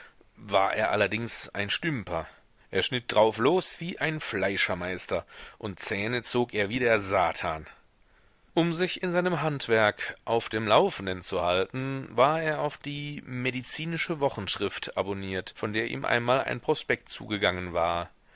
war er allerdings ein stümper er schnitt drauflos wie ein fleischermeister und zähne zog er wie der satan um sich in seinem handwerk auf dem laufenden zu halten war er auf die medizinische wochenschrift abonniert von der ihm einmal ein prospekt zugegangen war